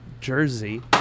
Jersey